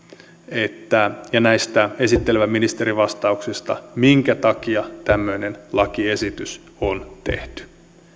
ja näistä esittelevän ministerin vastauksista minkä takia tämmöinen lakiesitys on tehty